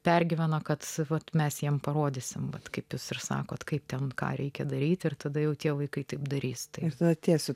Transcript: pergyveno kad vat mes jiems parodysime kaip jūs ir sakote kaip ten ką reikia daryti ir tada jau tie vaikai taip darys ir tada tie su